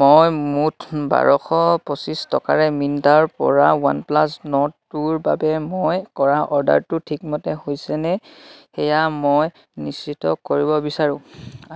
মই মুঠ বাৰশ পঁচিছ টকাৰে মিন্ত্ৰাৰপৰা ৱানপ্লাছ নৰ্ড দুইৰ বাবে মই কৰা অৰ্ডাৰটো ঠিকমতে হৈছেনে সেয়া মই নিশ্চিত কৰিব বিচাৰোঁ